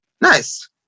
Nice